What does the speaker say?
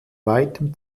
weitem